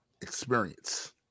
experience